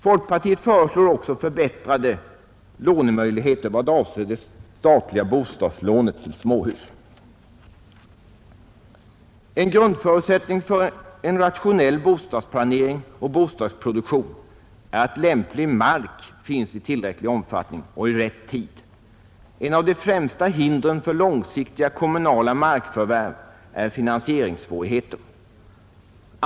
Folkpartiet föreslår också förbättrade lånemöjligheter vad avser det statliga bostadslånet till småhus. En grundförutsättning för en rationell bostadsplanering och bostadsproduktion är att lämplig mark finns i tillräcklig omfattning och i rätt tid, Ett av de främsta hindren för långsiktiga kommunala markförvärv är finansieringssvårigheter.